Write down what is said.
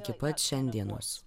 iki pat šiandienos